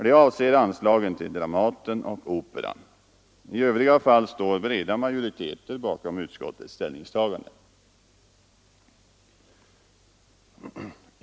De avser anslagen till Dramaten och Operan. I övriga fall står breda majoriteter bakom utskottets ställningstaganden.